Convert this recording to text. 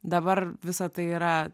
dabar visa tai yra